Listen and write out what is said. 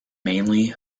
mainly